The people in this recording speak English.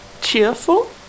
cheerful